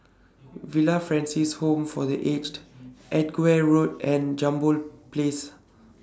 Villa Francis Home For The Aged Edgware Road and Jambol Place